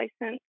license